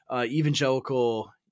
evangelical